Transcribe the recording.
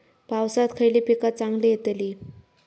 पावसात खयली पीका चांगली येतली?